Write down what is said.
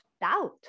doubt